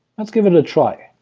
let's give it a try!